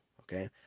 okay